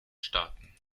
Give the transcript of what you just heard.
staaten